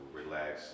relax